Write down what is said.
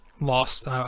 lost